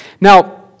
Now